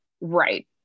right